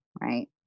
right